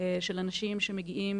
של אנשים שמגיעים,